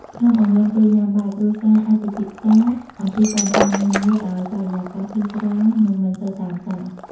ក្នុងអំឡុងពេលញ៉ាំបាយ គ្រួសារអាចពិភាក្សាអំពីបញ្ហានានាដោយបរិយាកាសធូរស្រាល និងមិនសូវតានតឹង។